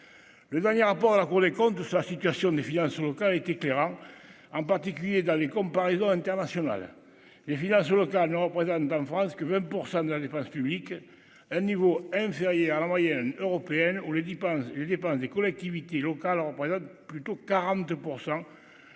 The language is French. le dernier rapport, la Cour des comptes, de sa situation ne vient sur le coeur est éclairant, en particulier dans les comparaisons internationales, les finances locales ne représente en France que 20 % de la dépense publique, un niveau inférieur à la moyenne européenne, on le dit pense les dépenses des collectivités locales représentent plutôt 40